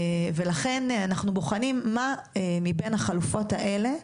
לכן, אנחנו בוחנים מה מבין החלופות האלה,